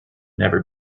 never